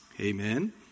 Amen